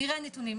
נראה נתונים.